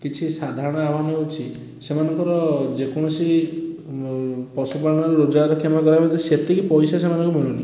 କିଛି ସାଧାରଣ ଆହ୍ଵାନ ହେଉଛି ସେମାନଙ୍କର ଯେକୌଣସି ପଶୁପାଳନର ରୋଜଗାର କ୍ଷମତା ହେଉଛି ସେତିକି ପଇସା ସେମାନଙ୍କୁ ମିଳୁନି